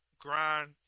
grind